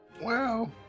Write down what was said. Wow